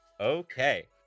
Okay